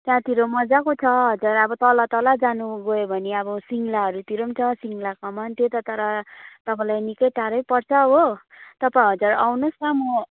त्याँतिर मजाको छ हजुर अब तल तल जानु गयो भने अब सिङ्गलाहरूतिर पनि छ सिङ्गला कमान त्यो त तर तपाईँलाई निकै टाढै पर्छ हो तपाईँ हजुर आउनुहोस् म